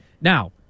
Now